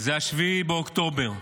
7 באוקטובר,